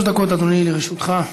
שלוש דקות, אדוני, לרשותך.